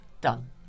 Done